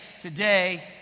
today